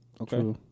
Okay